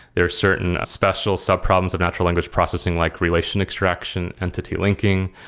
there are certain special sub problems of natural language processing like relation extraction, entity linking,